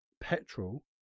petrol